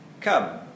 Come